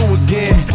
again